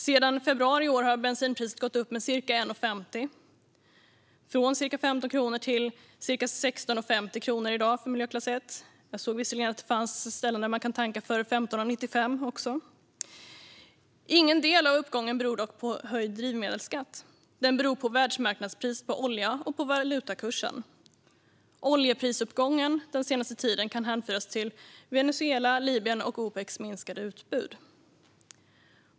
Sedan februari i år har bensinpriset gått upp med ca 1,50 - från ca 15 kronor till ca 16,50 i dag för miljöklass 1, även om jag såg att det fanns ett ställe där man kunde tanka för 15,95. Ingen del av uppgången beror dock på höjd drivmedelsskatt, utan den beror på världsmarknadspriset på olja och på valutakursen. Oljeprisuppgången den senaste tiden kan hänföras till Venezuelas, Libyens och Opecs minskade utbud.